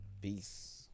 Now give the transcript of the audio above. peace